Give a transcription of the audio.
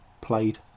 played